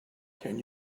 can